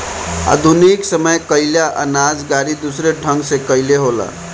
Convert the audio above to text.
आधुनिक समय कअ अनाज गाड़ी दूसरे ढंग कअ होला